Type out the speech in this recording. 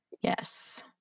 yes